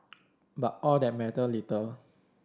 but all that mattered little